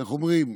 איך אומרים?